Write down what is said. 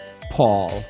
Paul